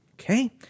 Okay